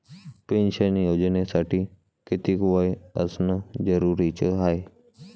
Pension योजनेसाठी कितीक वय असनं जरुरीच हाय?